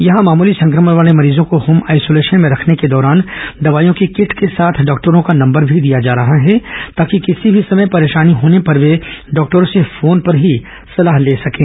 यह मामूली संक्रमण वाले मरीजों को होम आइसोलेशन में रखने के दौरान दवाइयों की किट के साथ डॉक्टरों का नंबर भी दिया जा रहा है ताकि किसी भी समय परेशानी होने पर वे डॉक्टरों से फोन पर ही सलाह ले सकें